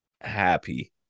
happy